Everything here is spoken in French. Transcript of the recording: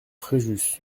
fréjus